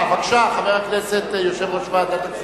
בבקשה, חבר הכנסת יושב-ראש ועדת הכספים.